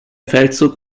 feldzug